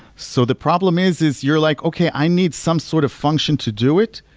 so the problem is is you're like, okay, i need some sort of function to do it.